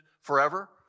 forever